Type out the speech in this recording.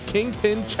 Kingpin